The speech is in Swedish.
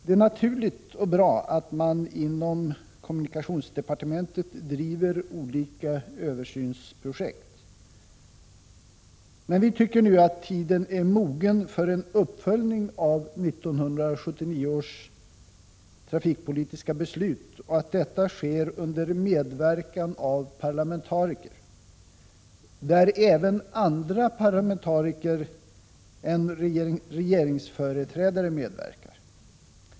Det är naturligt och bra att man inom kommunikationsdepartementet 35 bedriver olika översynsprojekt, men tiden är nu mogen för en uppföljning av 1979 års trafikpolitiska beslut, och detta bör ske under medverkan av parlamentariker, där även andra parlamentariker än regeringsföreträdare medverkar.